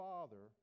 Father